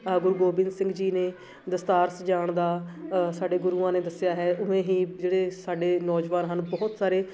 ਗੁਰੂ ਗੋਬਿੰਦ ਸਿੰਘ ਜੀ ਨੇ ਦਸਤਾਰ ਸਜਾਉਣ ਦਾ ਸਾਡੇ ਗੁਰੂਆਂ ਨੇ ਦੱਸਿਆ ਹੈ ਉਵੇਂ ਹੀ ਜਿਹੜੇ ਸਾਡੇ ਨੌਜਵਾਨ ਹਨ ਬਹੁਤ ਸਾਰੇ